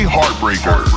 Heartbreaker